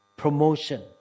promotion